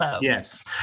Yes